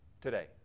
today